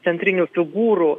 centrinių figūrų